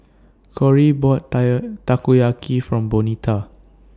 Kory bought Takoyaki For Bonita